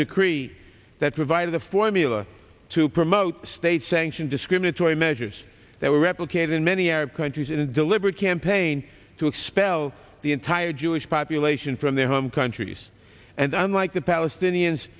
decree that provided a formula to promote state sanctioned discriminatory measures that will replicate in many arab countries in a deliberate campaign to expel the entire jewish population from their home countries and i'm like the palestinians